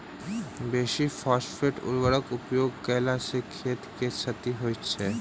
बेसी फास्फेट उर्वरकक उपयोग कयला सॅ खेत के क्षति होइत छै